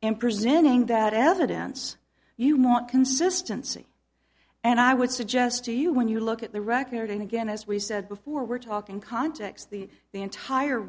in presenting that evidence you want consistency and i would suggest to you when you look at the record and again as we said before we're talking context the the entire